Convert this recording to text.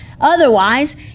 Otherwise